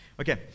Okay